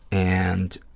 and